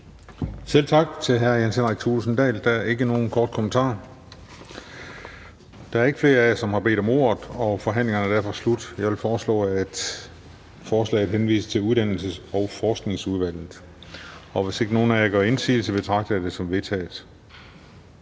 Selv tak til hr. Jens Henrik Thulesen Dahl. Der er ikke nogen korte bemærkninger. Der er ikke flere af jer, der har bedt om ordet, og forhandlingen er derfor slut. Jeg vil foreslå, at forslaget henvises til Uddannelses- og Forskningsudvalget, og hvis ikke nogen af jer gør indsigelse, betragter jeg det som vedtaget.